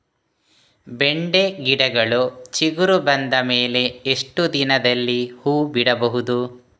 ಬೆಂಡೆ ಗಿಡಗಳು ಚಿಗುರು ಬಂದ ಮೇಲೆ ಎಷ್ಟು ದಿನದಲ್ಲಿ ಹೂ ಬಿಡಬಹುದು?